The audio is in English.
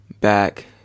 back